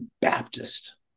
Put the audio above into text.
Baptist